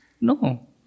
no